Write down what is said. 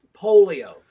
polio